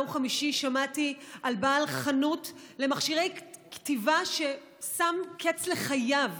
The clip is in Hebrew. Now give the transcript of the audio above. ביום חמישי שמעתי על בעל חנות למכשירי כתיבה ששם קץ לחייו.